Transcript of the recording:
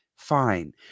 fine